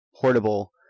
portable